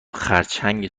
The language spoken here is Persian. خرچنگ